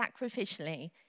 sacrificially